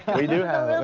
we do have it.